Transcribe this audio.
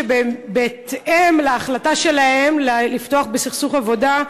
בהתאם להחלטה שלהם לפתוח בסכסוך עבודה,